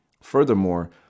Furthermore